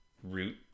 Root